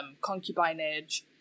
concubinage